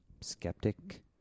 skeptic